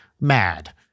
mad